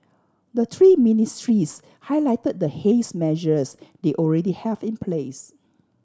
the three ministries highlighted the haze measures they already have in place